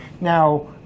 Now